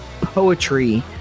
poetry